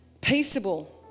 Peaceable